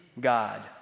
God